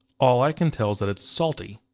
all i can tell is that it's salty.